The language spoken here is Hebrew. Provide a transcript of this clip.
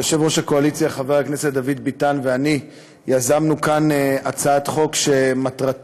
יושב-ראש הקואליציה חבר הכנסת דוד ביטן ואני יזמנו כאן הצעת חוק שמטרתה